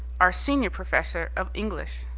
our senior professor of english.